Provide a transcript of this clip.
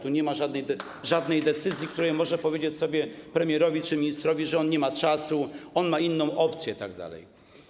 Tu nie ma żadnej decyzji, w której może powiedzieć sobie, premierowi czy ministrowi, że on nie ma czasu, on ma inną opcję itd.